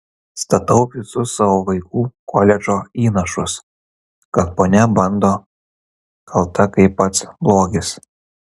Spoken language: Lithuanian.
statau visus savo vaikų koledžo įnašus kad ponia bando kalta kaip pats blogis